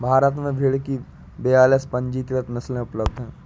भारत में भेड़ की बयालीस पंजीकृत नस्लें उपलब्ध हैं